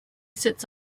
sits